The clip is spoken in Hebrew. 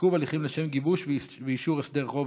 (עיכוב הליכים לשם גיבוש ואישור הסדר חוב),